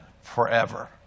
forever